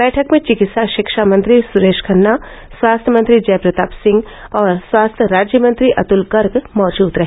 बैठक में चिकित्सा शिक्षा मंत्री सुरेश खन्ना स्वास्थ्य मंत्री जय प्रताप सिंह और स्वास्थ्य राज्य मंत्री अतुल गर्ग मौजूद रहे